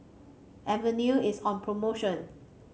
Avene is on promotion